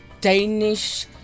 Danish